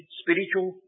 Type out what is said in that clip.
spiritual